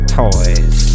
toys